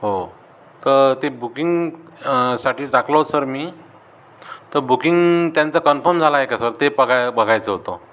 हो तर ते बुकिंग साठी टाकलं होतं सर मी तर बुकिंग त्यांचं कन्फर्म झालं आहे का सर ते बघाय बघायचं होतं